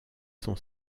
son